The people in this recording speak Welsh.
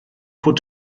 fod